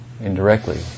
indirectly